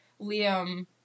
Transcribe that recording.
Liam